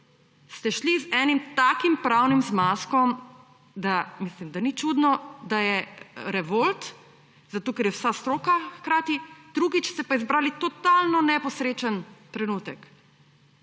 ste šli z enim takim pravnim zmazkom, da mislim, da ni čudno, da je revolt, zato ker je vsa stroka hkrati. Drugič, ste pa izbrali totalno neposrečen trenutek.